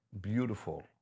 Beautiful